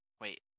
Wait